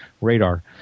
Radar